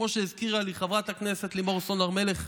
כמו שהזכירה לי חברת הכנסת לימור סון הר מלך,